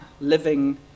living